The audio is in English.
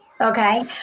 Okay